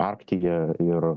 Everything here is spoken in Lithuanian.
arktyje ir